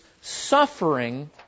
suffering